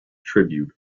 tribute